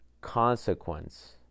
consequence